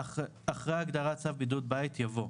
" (8)אחרי ההגדרה "צו בידוד בית" יבוא: